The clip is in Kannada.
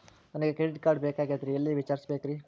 ನನಗೆ ಕ್ರೆಡಿಟ್ ಕಾರ್ಡ್ ಬೇಕಾಗಿತ್ರಿ ಎಲ್ಲಿ ವಿಚಾರಿಸಬೇಕ್ರಿ?